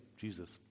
Jesus